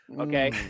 okay